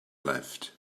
left